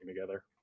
together